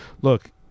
Look